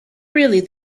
really